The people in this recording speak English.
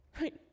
Right